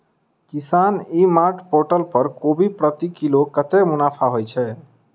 किसान ई mart portal पर कोबी प्रति किलो कतै मुनाफा होइ छै?